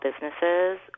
businesses